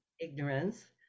Ignorance